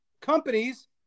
companies